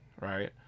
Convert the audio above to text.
Right